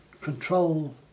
control